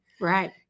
Right